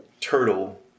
Turtle